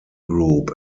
group